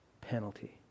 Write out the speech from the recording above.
penalty